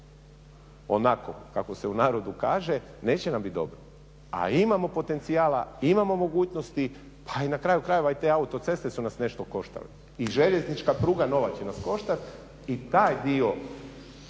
onako kako se u narodu kaže neće nam biti dobro a imamo potencijala, imamo mogućnosti pa i na kraju krajeva i te autoceste su naš nešto koštale i željeznička pruga nova će nas koštati i taj dio